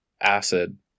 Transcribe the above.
acid